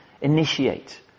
initiate